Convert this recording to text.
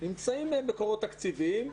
נמצאים מקורות תקציביים,